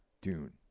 Dune